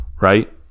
right